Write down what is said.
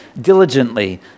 diligently